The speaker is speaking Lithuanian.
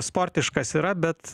sportiškas yra bet